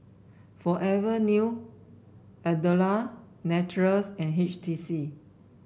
Forever New Andalou Naturals and H T C